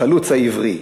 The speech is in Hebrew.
החלוץ העברי.